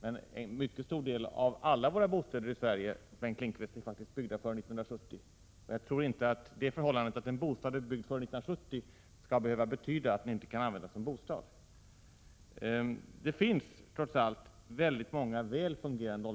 Men, Bengt Lindqvist, en mycket stor del av våra bostäder i Sverige är faktiskt byggda före 1970, och jag tror inte att det förhållandet att en bostad är byggd före 1970 skall behöva betyda att den inte kan användas som bostad. Det finns trots allt väldigt många väl fungerande